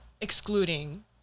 excluding